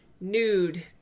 nude